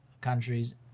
countries